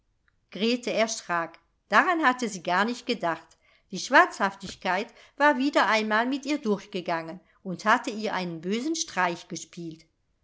grete erschrak daran hatte sie gar nicht gedacht die schwatzhaftigkeit war wieder einmal mit ihr durchgegangen und hatte ihr einen bösen streich gespielt